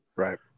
Right